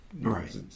Right